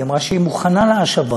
היא אמרה שהיא מוכנה להשבה.